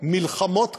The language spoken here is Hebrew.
מלחמות קונבנציונליות.